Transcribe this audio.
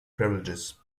privileges